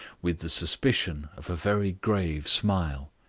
with the suspicion of a very grave smile.